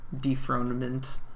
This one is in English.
dethronement